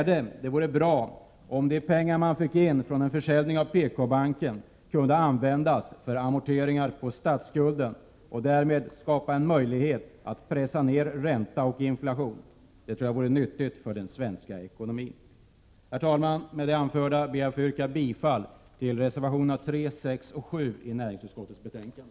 Det vore bra om de pengar man fick in från en försäljning av PKbanken kunde användas för amorteringar på statsskulden och därmed skapa en möjlighet att pressa ned ränta och inflation. Jag tror att det vore nyttigt för den svenska ekonomin. Herr talman! Med det anförda ber jag att få yrka bifall till reservationerna 3, 6 och 7 i näringsutskottets betänkande.